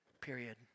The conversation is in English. Period